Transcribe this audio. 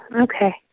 Okay